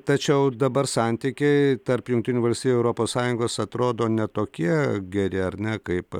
tačiau dabar santykiai tarp jungtinių valstijų ir europos sąjungos atrodo ne tokie geri ar ne kaip